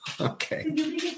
Okay